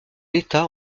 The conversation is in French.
l’état